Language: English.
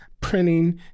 printing